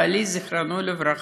בעלי, זיכרונו לברכה,